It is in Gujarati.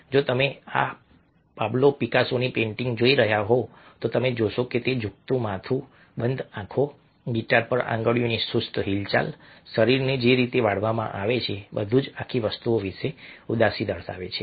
જો તમે આ પાબ્લો પિકાસોની પેઇન્ટિંગ જોઈ રહ્યા હોવ તો તમે જોશો કે ઝૂકતું માથું બંધ આંખો ગિટાર પર આંગળીઓની સુસ્ત હિલચાલ શરીરને જે રીતે વાડવામાં આવે છે બધું જ આખી વસ્તુ વિશે ઉદાસી સૂચવે છે